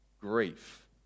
grief